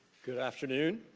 good afternoon.